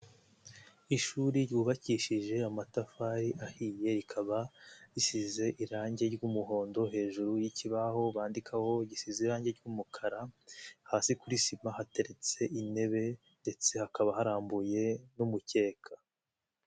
Ishuri ryubakishije amatafari ahiye, rikaba risize irange ry'umuhondo hejuru y'ikibaho bandikaho gisize irange ry'umukara, hasi kuri sima hateretse intebe ndetse hakaba harambuye n'umukeka.